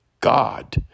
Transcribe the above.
God